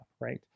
right